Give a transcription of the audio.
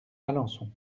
alençon